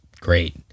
great